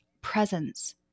presence